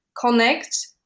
connect